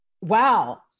wow